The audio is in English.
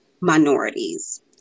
minorities